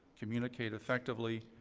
communicate effectively,